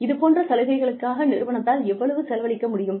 இதுபோன்ற சலுகைகளுக்காக நிறுவனத்தால் எவ்வளவு செலவழிக்க முடியும்